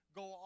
go